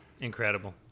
Incredible